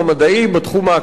בתחום האקדמי,